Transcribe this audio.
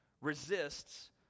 resists